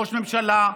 ראש ממשלה,